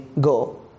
go